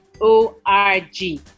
O-R-G